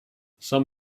some